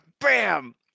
bam